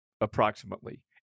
approximately